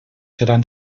seran